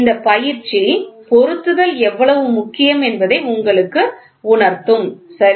இந்த பயிற்சி பொருத்துதல் எவ்வளவு முக்கியம் என்பதை உங்களுக்கு உணர்த்தும் சரி